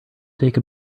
take